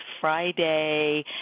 Friday